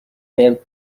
vers